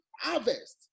harvest